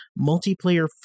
Multiplayer